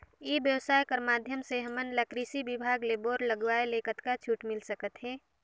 ई व्यवसाय कर माध्यम से हमन ला कृषि विभाग ले बोर लगवाए ले कतका छूट मिल सकत हे?